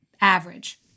average